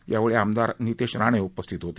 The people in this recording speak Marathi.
यावेळी आमदार नितेश राणे उपस्थित होते